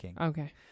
Okay